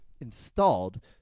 installed